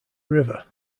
river